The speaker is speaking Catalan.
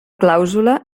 clàusula